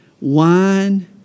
Wine